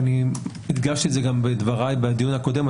ואני הדגשתי את זה גם בדבריי בדיון הקודם,